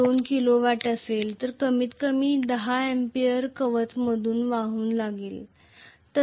2 kilowatt असेल तर कमीतकमी 10 A आर्मेचर मधून वाहून जावे लागेल